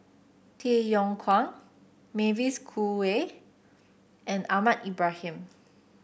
Tay Yong Kwang Mavis Khoo Oei and Ahmad Ibrahim